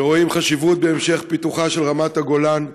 ורואים חשיבות בהמשך פיתוחה של רמת הגולן,